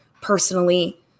personally